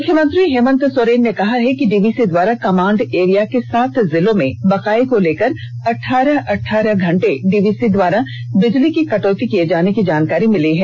मुख्यमंत्री हेमंत सोरेन ने कहा कि डीवीसी द्वारा कमांड एरिया के सात जिलों में बकाए को लेकर अठारह अठारह घंटे डीवीसी द्वारा बिजली की कटौती किये जाने की जानकारी मिली है